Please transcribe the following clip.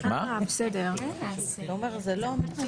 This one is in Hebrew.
ובכל זאת לשמר את הזכות לאדם שרוצה לתרום